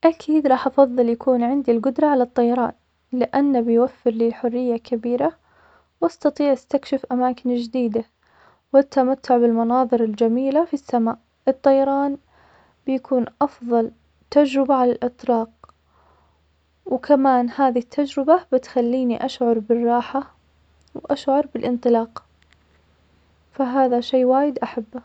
أكيد راح أفضل يكون عندي القدرة على الطيران, لأنه بيوفر لي حرية كبيرة وأستطيع أستكشف أماكن جديدة, واتمتع بالمناظر الجميلة في السماء, الطيران بيكون أفضل تجربة على الإطراق, وكمان هذي التجربة بتخليني أشعر بالراحة وأشعر بالإنطلاق, فهذا شي وايد احبه.